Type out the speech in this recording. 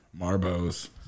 marbo's